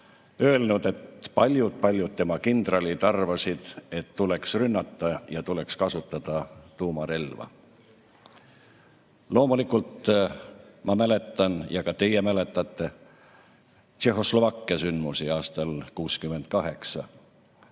öelnud, et paljud-paljud tema kindralid arvasid, et tuleks rünnata ja tuleks kasutada tuumarelva. Loomulikult ma mäletan – ja ka teie mäletate – Tšehhoslovakkia sündmusi aastal 1968.